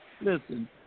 listen